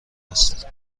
است